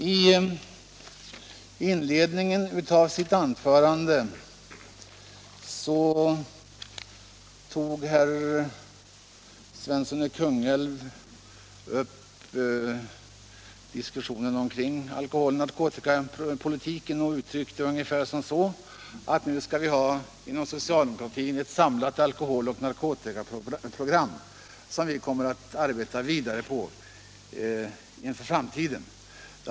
I inledningen till sitt anförande tog herr Svensson i Kungälv upp den diskussion som förts omkring alkoholoch narkotikapolitiken och tyckte ungefär som så, att nu skall vi ha ett samlat alkoholoch narkotikaprogram, som socialdemokratin kommer att arbeta vidare på inför framtiden.